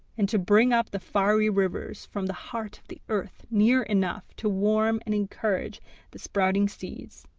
and to bring up the fiery rivers from the heart of the earth near enough to warm and encourage the sprouting seeds.